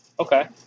Okay